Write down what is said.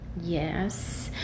yes